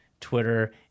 Twitter